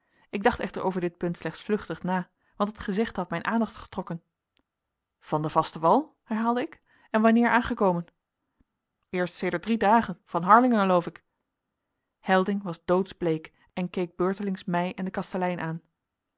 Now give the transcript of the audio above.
ik dacht echter over dit punt slechts vluchtig na want het gezegde had mijn aandacht getrokken van den vasten wal herhaalde ik en wanneer aangekomen eerst sedert drie dagen van harlingen eloof ik helding was doodsbleek en keek beurtelings mij en den kastelein aan